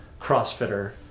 crossfitter